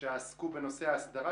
שעסקו בנושא ההסדרה,